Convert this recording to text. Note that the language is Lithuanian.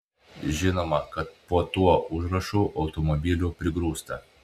žinoma kad po tuo užrašu automobilių prigrūsta